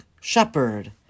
shepherd